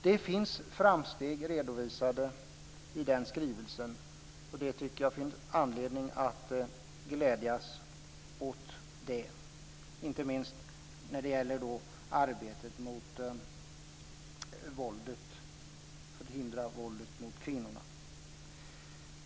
Det finns framsteg redovisade i den skrivelsen, och det finns anledning att glädjas över det, inte minst när det gäller arbetet med att förhindra våld mot kvinnor.